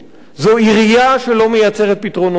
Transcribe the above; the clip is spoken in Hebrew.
זו עירייה שלא מייצרת פתרונות דיור.